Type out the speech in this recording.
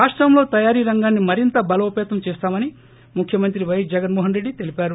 రాష్టంలో తయారీ తరంగాన్ని మరింత బలోపేతం చేస్తామని ముఖ్యమంత్రి పైఎస్ జగొన్మోహన్రెడ్డి తెలిపారు